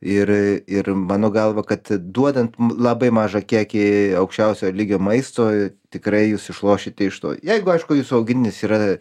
ir ir mano galva kad duodant m labai mažą kiekį aukščiausio lygio maisto tikrai jūs išlošit iš to jeigu aišku jūsų augintinis yra